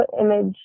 image